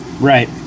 right